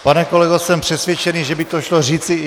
Pane kolego, jsem přesvědčený, že by to šlo říci i lépe.